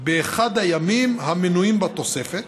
באחד מהימים המנויים בתוספת,